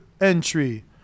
entry